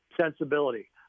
sensibility